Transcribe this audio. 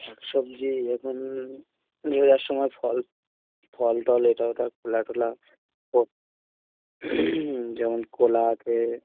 শাক সবজি এরকম নিয়ে যাওয়ার সময় ফল ফল টল এটা ওটা খোলা টোলা ও যেমন কলা আছে